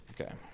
Okay